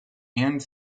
and